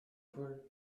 poules